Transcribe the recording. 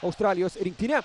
australijos rinktinė